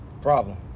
Problem